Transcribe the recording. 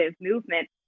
movement